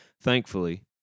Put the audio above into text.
thankfully